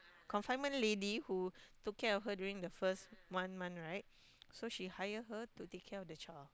confinement lady who took care of her during the first one month right so she hire her to take care of the child